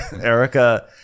Erica